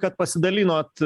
kad pasidalinot